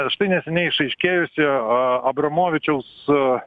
štai neseniai išaiškėjusi a abramovičiaus u